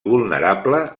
vulnerable